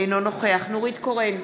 אינו נוכח נורית קורן,